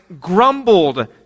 grumbled